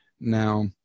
Now